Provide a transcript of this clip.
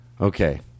Okay